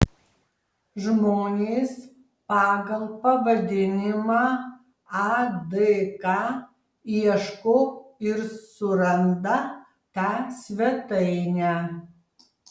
žmonės pagal pavadinimą adk ieško ir suranda tą svetainę